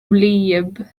wlyb